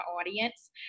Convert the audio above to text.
audience